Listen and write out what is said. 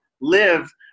live